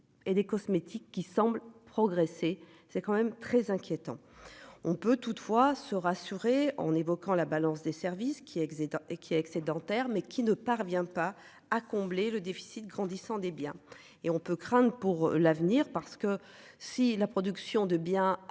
Et des cosmétiques qui semble progresser, c'est quand même très inquiétant. On peut toutefois se rassurer en évoquant la balance des services qui existent et qui excédentaire mais qui ne parvient pas à combler le déficit grandissant des biens et on peut craindre pour l'avenir parce que si la production de bien